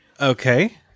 Okay